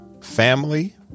family